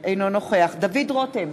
אינו נוכח דוד רותם,